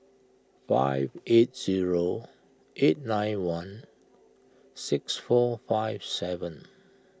five eight zero eight nine one six four five seven